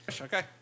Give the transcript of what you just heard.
Okay